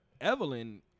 Evelyn